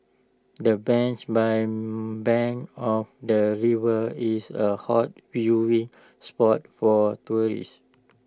the bench by bank of the river is A hot viewing spot for tourists